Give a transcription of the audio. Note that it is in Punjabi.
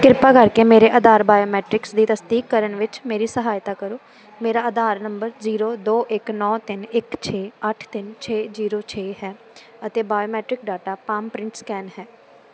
ਕ੍ਰਿਪਾ ਕਰਕੇ ਮੇਰੇ ਆਧਾਰ ਬਾਇਓਮੀਟ੍ਰਿਕਸ ਦੀ ਤਸਦੀਕ ਕਰਨ ਵਿੱਚ ਮੇਰੀ ਸਹਾਇਤਾ ਕਰੋ ਮੇਰਾ ਆਧਾਰ ਨੰਬਰ ਜ਼ੀਰੋ ਦੋ ਇੱਕ ਨੌਂ ਤਿੰਨ ਇੱਕ ਛੇ ਅੱਠ ਤਿੰਨ ਛੇ ਜ਼ੀਰੋ ਛੇ ਹੈ ਅਤੇ biometric data palm print scan ਹੈ